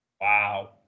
Wow